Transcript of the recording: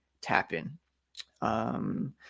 tap-in